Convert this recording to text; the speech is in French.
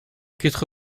quatre